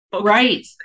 right